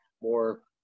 more –